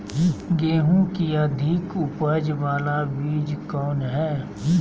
गेंहू की अधिक उपज बाला बीज कौन हैं?